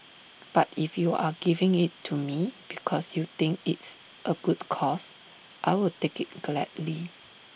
but if you are giving IT to me because you think it's A good cause I'll take IT gladly